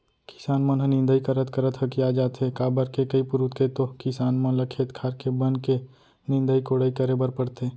किसान मन ह निंदई करत करत हकिया जाथे काबर के कई पुरूत के तो किसान मन ल खेत खार के बन के निंदई कोड़ई करे बर परथे